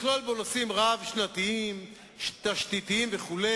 לכלול בו נושאים רב-שנתיים, תשתיתיים וכו',